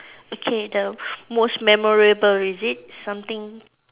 okay the most memorable is it something